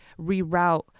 reroute